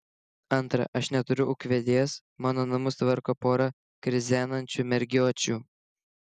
antra aš neturiu ūkvedės mano namus tvarko pora krizenančių mergiočių